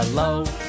Hello